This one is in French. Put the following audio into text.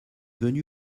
venu